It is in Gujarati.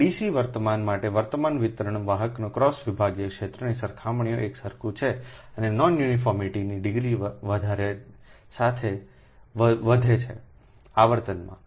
DC વર્તમાન માટે વર્તમાન વિતરણ વાહકના ક્રોસ વિભાગીય ક્ષેત્રની સરખામણીએ એકસરખું છે અને નોન યુનિફોર્મિટીની ડિગ્રી વધારો સાથે વધે છે આવર્તન માં